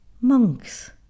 Monks